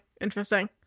Interesting